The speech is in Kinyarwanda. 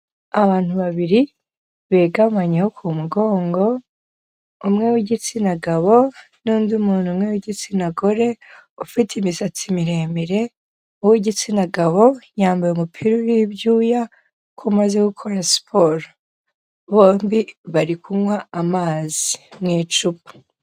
Abantu babiri begamanyeho ku mugongo, umwe w'igitsina gabo n'undi muntu umwe w'igitsina gore, ufite imisatsi miremire, uw'igitsina gabo yambaye umupira uriho ibyuya kuko amaze gukora siporo, bombi bari kunywa amazi mu icupa.